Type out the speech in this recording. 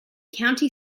county